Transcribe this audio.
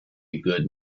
good